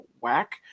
whack